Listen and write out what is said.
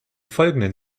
folgenden